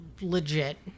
legit